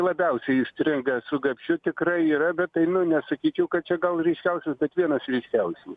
labiausiai įstringa su gapšiu tikrai yra bet tai nu nesakyčiau kad čia gal ryškiausias bet vienas ryškiausių